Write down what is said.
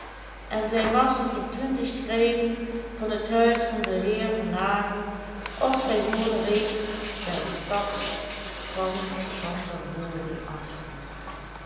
en zij was nog geen twintig schreden van het huis van den heer van nagel of zij hoorde reeds den stap van van der hoogen